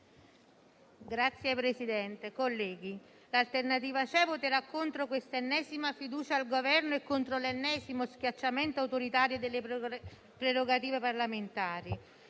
Signor Presidente, l'Alternativa c'è voterà contro questa ennesima fiducia al Governo e contro l'ennesimo schiacciamento autoritario delle prerogative parlamentari.